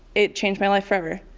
it changed my life forever.